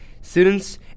Students